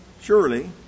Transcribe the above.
surely